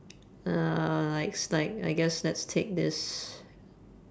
uh likes like I guess let's take this